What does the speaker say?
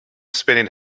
spinning